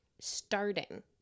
starting